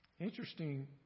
Interesting